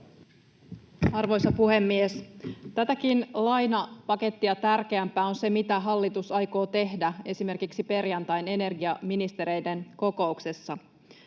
Arvoisa puhemies! Tätäkin lainapakettia tärkeämpää on se, mitä hallitus aikoo tehdä esimerkiksi perjantain energiaministereiden kokouksessa.